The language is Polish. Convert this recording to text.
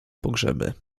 pogrzeby